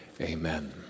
Amen